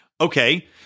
Okay